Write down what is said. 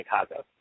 Chicago